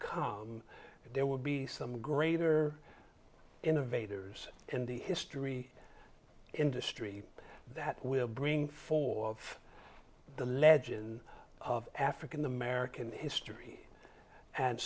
come there will be some greater innovators in the history industry that will bring four of the legend of african american history and